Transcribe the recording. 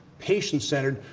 patient centered,